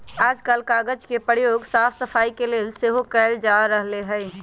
याजकाल कागज के प्रयोग साफ सफाई के लेल सेहो कएल जा रहल हइ